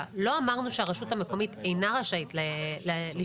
לא אמרנו שהרשות המקומית אינה רשאית לשקול,